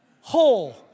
Whole